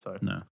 no